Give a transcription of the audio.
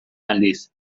aldiz